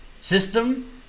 system